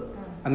ah